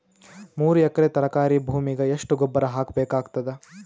ಮೂರು ಎಕರಿ ತರಕಾರಿ ಭೂಮಿಗ ಎಷ್ಟ ಗೊಬ್ಬರ ಹಾಕ್ ಬೇಕಾಗತದ?